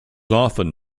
often